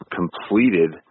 completed